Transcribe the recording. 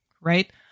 right